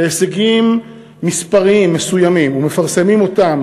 להישגים מספריים מסוימים ומפרסמים אותם